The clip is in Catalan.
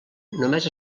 només